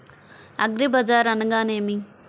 అగ్రిబజార్ అనగా నేమి?